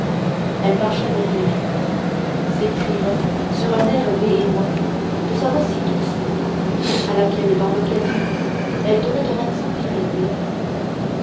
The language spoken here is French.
elle marcha vers lui s'écriant sur un air véhément de sa voix si douce à laquelle dans l'occasion elle donnait un accent terrible